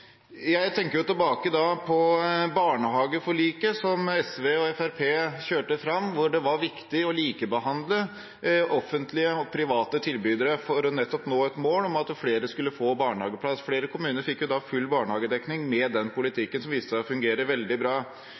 Jeg tenker tilbake på barnehageforliket, som SV og Fremskrittspartiet kjørte fram, hvor det var viktig å likebehandle offentlige og private tilbydere for nettopp å nå et mål om at flere skulle få barnehageplass. Flere kommuner fikk full barnehagedekning med den politikken, som viste seg å fungere veldig bra.